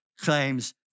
claims